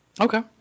Okay